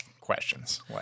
questions